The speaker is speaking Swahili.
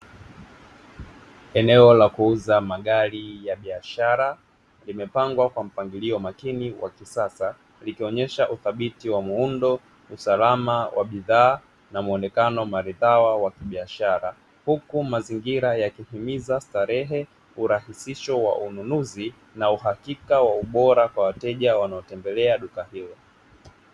Eneo la kuuza magari ya biashara limepangwa kwa mpangilio makini kwa kisasa likionyesha uthabiti wa muundo, usalama wa bidhaa na muonekano maridhawa wa kibiashara, huku mazingira yakitimiza starehe, urahisisho wa ununuzi na uhakika wa ubora kwa wateja wanaotembelea duka hilo.